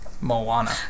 Moana